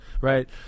right